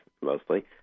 mostly